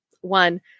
one